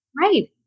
Right